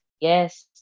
yes